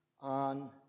on